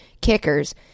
kickers